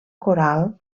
coral